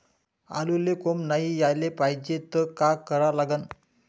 आलूले कोंब नाई याले पायजे त का करा लागन?